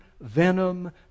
venom